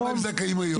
למה הם זכאים היום.